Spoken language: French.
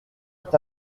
est